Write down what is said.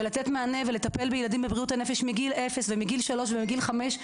ולתת מענה ולטפל בילדים בבריאות הנפש מגיל אפס ומגיל שלוש ומגיל חמש,